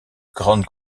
grand